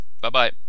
Bye-bye